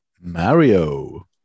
mario